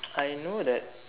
I know that